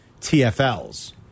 tfls